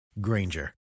Granger